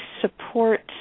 support